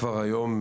כבר היום,